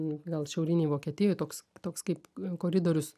gal šiaurinėj vokietijoj toks toks kaip koridorius